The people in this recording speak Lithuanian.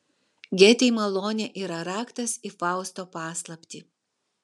gėtei malonė yra raktas į fausto paslaptį